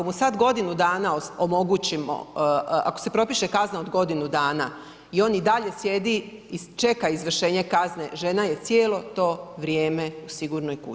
Ako mu sada godinu dana omogućimo, ako se propiše kazna od godinu dana i on i dalje sjedi i čeka izvršenje kazne, žena je cijelo to vrijeme u Sigurnoj kući.